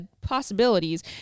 possibilities